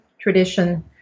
tradition